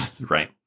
Right